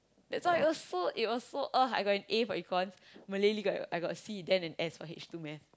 that's why it was so it was so ugh I got an A for econs Malay-Lit I got C then S for H two math